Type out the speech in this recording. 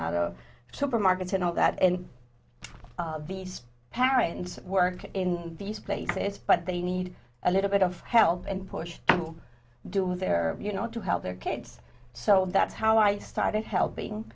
not a supermarket and all that and these parents work in these places but they need a little bit of help and push to do their you know to help their kids so that's how i started helping